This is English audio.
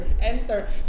Enter